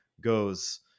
Goes